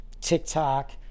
TikTok